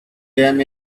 them